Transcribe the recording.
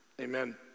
Amen